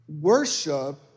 Worship